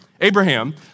Abraham